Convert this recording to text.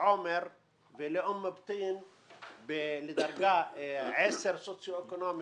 לעומר ולאום אבטין בדרגה 10 סוציו אקונומי